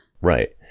right